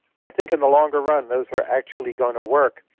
and i think in the longer run those are actually going to work.